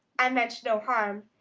i meant no harm.